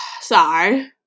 sorry